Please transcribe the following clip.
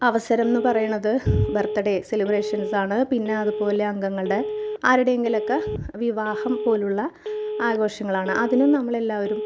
അവസരം എന്ന് പറയുന്നത് ബർത്ത്ഡേ സെലിബ്രേഷൻസാണ് പിന്നെ അതുപോലെ അംഗങ്ങളുടെ ആരുടെ എങ്കിലുമൊക്കെ വിവാഹം പോലുള്ള ആഘോഷങ്ങളാണ് അതിനും നമ്മൾ എല്ലാവരും